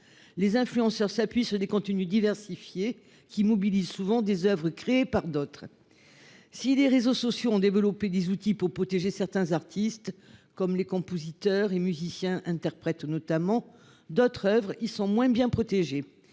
les influenceurs s'appuient sur des contenus divers, qui mobilisent souvent des oeuvres créées par d'autres. Si les réseaux sociaux ont développé des outils pour protéger certains artistes, comme les compositeurs et musiciens-interprètes, d'autres oeuvres y sont moins bien protégées.